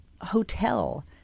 hotel